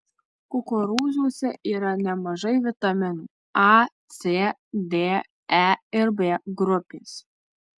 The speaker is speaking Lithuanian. kukurūzuose yra nemažai vitaminų a c d e ir b grupės